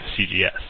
CGS